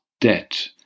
debt